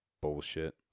bullshit